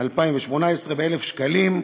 2018 ב-1,000 שקלים,